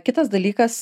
kitas dalykas